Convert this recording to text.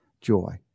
joy